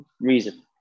reason